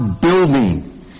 building